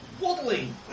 Waddling